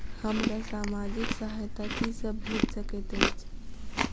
हमरा सामाजिक सहायता की सब भेट सकैत अछि?